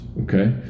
okay